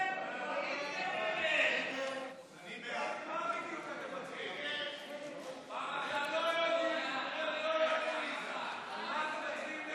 ההצעה להעביר לוועדה את הצעת חוק מס רכוש וקרן פיצויים (תיקון,